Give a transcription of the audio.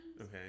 okay